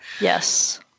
Yes